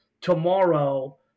tomorrow